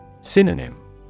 Synonym